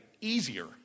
easier